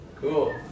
Cool